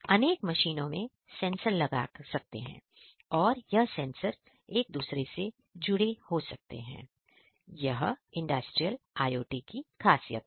अनेक मशीनों में सेंसर लगा सकते हैं और यह सेंसर एक दूसरे से जुड़े हो सकते हैं यही इंडस्ट्रियल IOT की खासियत है